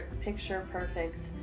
picture-perfect